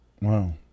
Wow